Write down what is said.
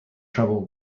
trouble